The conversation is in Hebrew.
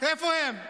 איפה הם?